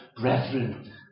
brethren